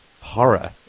horror